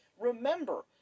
Remember